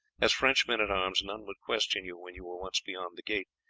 as french men-at-arms none would question you when you were once beyond the gate.